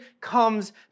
comes